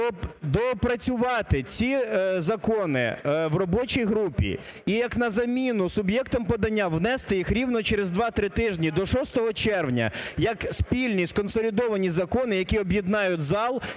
Доопрацювати ці закони в робочій групі і як на заміну суб'єктам подання внести їх рівно через два-три тижні до 6 червня як спільні, сконсолідовані закони, які об'єднають зал